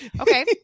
Okay